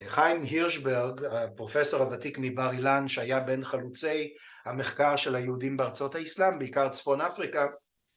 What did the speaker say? חיים הירשברג, הפרופסור הוותיק מבר אילן שהיה בן חלוצי המחקר של היהודים בארצות האסלאם, בעיקר צפון אפריקה.